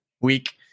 week